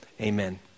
amen